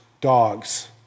dogs